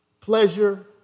pleasure